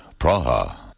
Praha